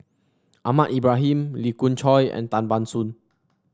Ahmad Ibrahim Lee Khoon Choy and Tan Ban Soon